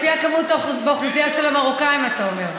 לפי המספר של המרוקאים באוכלוסייה, אתה אומר.